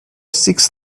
six